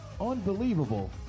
unbelievable